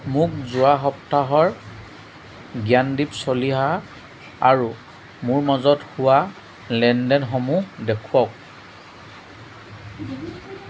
মোক যোৱা সপ্তাহৰ জ্ঞানদীপ চলিহা আৰু মোৰ মাজত হোৱা লেনদেনসমূহ দেখুৱাওক